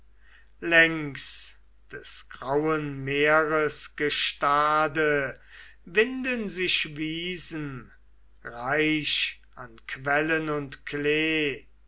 längs des grauen meeres gestade winden sich wiesen reich an quellen und klee